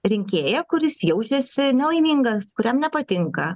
rinkėją kuris jaučiasi nelaimingas kuriam nepatinka